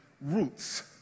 roots